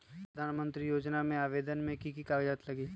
प्रधानमंत्री योजना में आवेदन मे की की कागज़ात लगी?